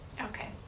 Okay